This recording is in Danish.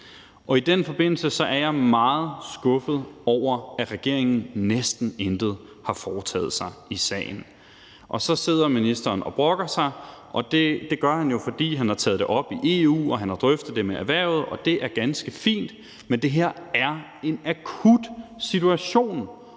og i den forbindelse er jeg meget skuffet over, at regeringen næsten intet har foretaget sig i sagen. Og så sidder ministeren og brokker sig, og det gør han jo, fordi han har taget det op i EU og har drøftet det med erhvervet, og det er ganske fint, men det her er en akut situation,